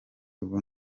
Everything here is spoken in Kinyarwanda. ubu